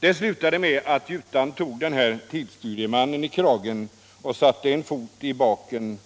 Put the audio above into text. Det slutade med att gjutaren tog tidsstudiemannen i kragen och satten fot i baken